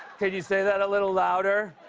could you say that a little louder